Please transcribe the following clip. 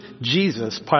Jesus